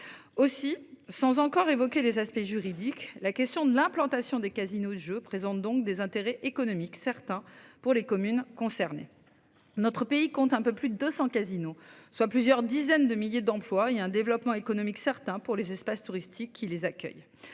Aussi sans encore évoquer les aspects juridiques, la question de l'implantation des casinos je présente donc des intérêts économiques certains pour les communes concernées. Notre pays compte un peu plus de 200, Casino, soit plusieurs dizaines de milliers d'emplois il y a un développement économique certain pour les espaces touristiques qui les accueille.